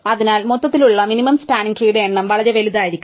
അതിനാൽ മൊത്തത്തിലുള്ള minimum spanning ട്രീടെ എണ്ണം വളരെ വലുതായിരിക്കും